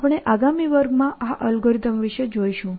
આપણે આગામી વર્ગમાં આ અલ્ગોરિધમ વિશે જોઈશું